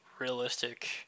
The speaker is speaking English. realistic